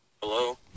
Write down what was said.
Hello